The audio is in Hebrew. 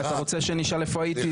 אתה רוצה שאני אשאל איפה הייתי,